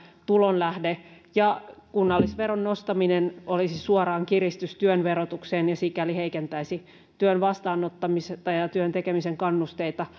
tulonlähde ja kunnallisveron nostaminen olisi suoraan kiristys työn verotukseen ja sikäli heikentäisi työn vastaanottamista ja työn tekemisen kannusteita